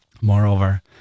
Moreover